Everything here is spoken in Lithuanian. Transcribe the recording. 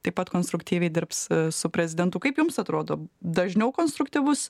taip pat konstruktyviai dirbs su prezidentu kaip jums atrodo dažniau konstruktyvus